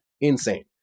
Insane